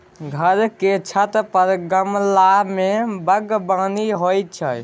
घर के छत पर गमला मे बगबानी होइ छै